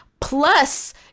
plus